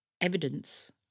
evidence